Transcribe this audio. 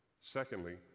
Secondly